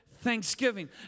Thanksgiving